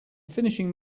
finishing